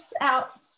out